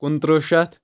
کُنتٕرٛہ شیٚتھ